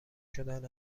شدن